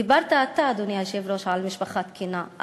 דיברת אתה, אדוני היושב-ראש, על משפחה תקינה.